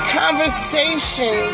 conversation